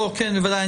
בוודאי.